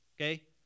okay